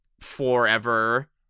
forever